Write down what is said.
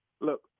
Look